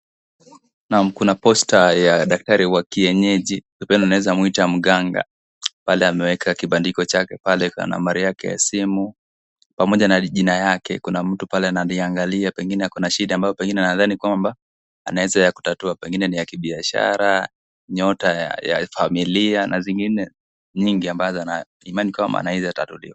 Naam kuna posta ya daktari wa kienyeji ukipenda unaweza mwita mganga. Pale ameweka kibandiko chake pale na nambari yake ya simu pamoja na jina yake. Kuna mtu pale analiangalia pengine ako na shida ambayo pengine nadhani kwamba anaweza kutatua. Pengine ni ya kibiashara, nyota ya familia na zingine nyingi ambazo ana imani kambwa anaweza tatuliwa.